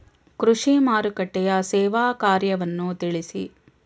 ಕೃಷಿ ಮಾರುಕಟ್ಟೆಯ ಸೇವಾ ಕಾರ್ಯವನ್ನು ತಿಳಿಸಿ?